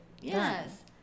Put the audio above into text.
yes